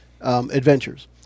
adventures